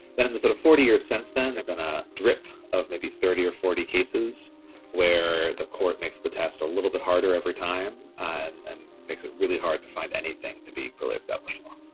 then in the sort of forty years since then there's been a drip of maybe thirty or forty cases where the court makes the test a little bit harder every time and and makes it really hard to find anything to be really established